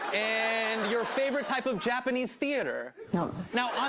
and your favorite type of japanese theater? no. now,